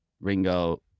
Ringo